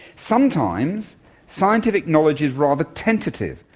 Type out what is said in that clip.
sometimes scientific knowledge is rather tentative,